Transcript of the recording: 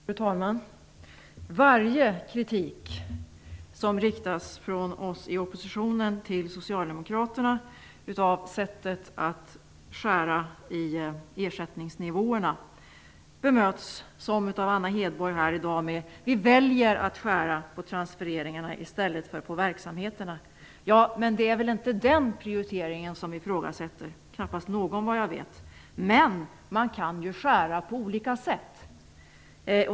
Fru talman! All kritik av sättet att skära i ersättningsnivåerna som riktas från oss i oppositionen till socialdemokraterna bemöts - och så även av Anna Hedborg här i dag - med att man väljer att skära i transfereringarna i stället för i verksamheterna. Men det är väl inte den prioriteringen som vi ifrågasätter? Det är knappast någon som gör det, vad jag vet. Men man kan ju skära på olika sätt.